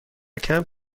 کمپ